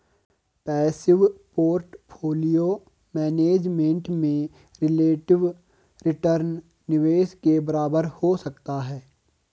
passive portfolio management में relative return निवेश के बराबर हो सकता है